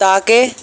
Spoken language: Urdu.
تا کہ